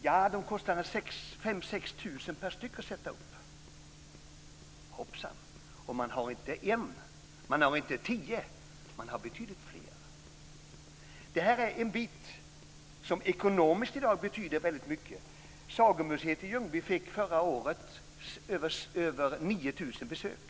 Ja, de kostade 5 000-6 000 kr att sätta upp. Hoppsan! Det är inte en skylt, och det är inte tio. Det är betydligt fler. Detta är en ekonomiskt betydande bit i dag. Sagomuseet i Ljungby fick förra året över 9 000 besök.